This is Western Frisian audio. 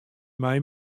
mei